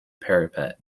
parapet